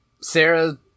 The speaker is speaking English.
Sarah